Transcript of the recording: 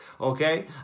Okay